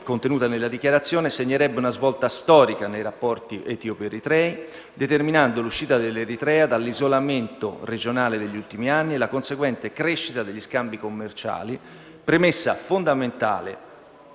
contenute nella dichiarazione segnerebbe una svolta storica nei rapporti tra Etiopia ed Eritrea, determinando l'uscita di quest'ultima dall'isolamento regionale degli ultimi anni e la conseguente crescita degli scambi commerciali, premessa fondamentale